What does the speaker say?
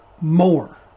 more